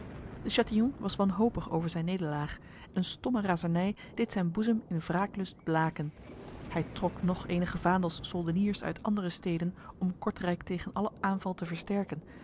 de chatillon was wanhopig over zijn nederlaag een stomme razernij deed zijn boezem in wraaklust blaken hij trok nog enige vaandels soldeniers uit andere steden om kortrijk tegen alle aanval te versterken